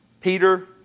Peter